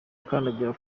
akandagira